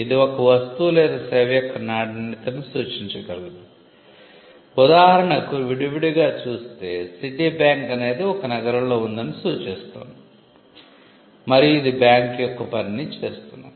ఇది ఒక వస్తువు లేదా సేవ యొక్క నాణ్యతను సూచించగలదు ఉదాహరణకు విడివిడిగా చూస్తే సిటీబ్యాంక్ అనేది ఒక నగరంలో ఉందని సూచిస్తుంది మరియు ఇది బ్యాంకు యొక్క పనిని చేస్తుంది